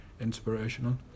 inspirational